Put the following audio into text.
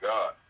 God